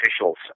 officials